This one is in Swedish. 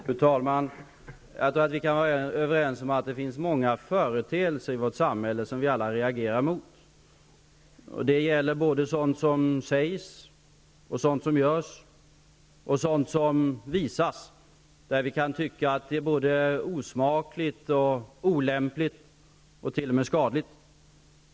Fru talman! Jag tror att vi kan vara överens om att det finns många företeelser i vårt samhälle som vi alla reagerar mot. Det gäller sådant som sägs, sådant som görs och sådant som visas. Vi kan tycka att det är både osmakligt, olämpligt och t.o.m. skadligt.